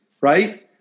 right